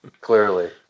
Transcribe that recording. clearly